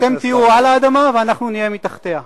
אתם תהיו על האדמה ואנחנו נהיה מתחתיה,